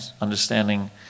understanding